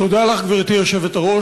תודה לך, גברתי היושבת-ראש.